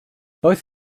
both